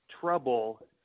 trouble